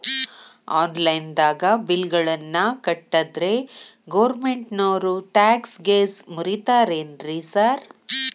Online ದಾಗ bill ಗಳನ್ನಾ ಕಟ್ಟದ್ರೆ ಗೋರ್ಮೆಂಟಿನೋರ್ ಟ್ಯಾಕ್ಸ್ ಗೇಸ್ ಮುರೇತಾರೆನ್ರಿ ಸಾರ್?